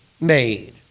made